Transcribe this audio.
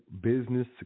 business